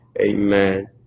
Amen